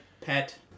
pet